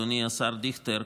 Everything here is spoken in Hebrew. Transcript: אדוני השר דיכטר,